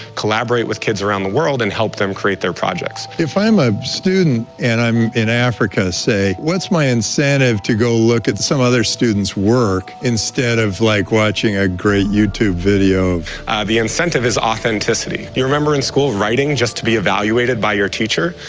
collaborate with kids around the world and help them create their projects. if i'm a student, and i'm in africa, say, what's my incentive to go look at some other student's work instead of, like, watching a great youtube video. the incentive is authenticity. you remember in school writing just to be evaluated by your teacher?